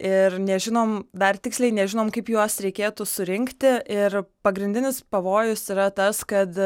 ir nežinom dar tiksliai nežinom kaip juos reikėtų surinkti ir pagrindinis pavojus yra tas kad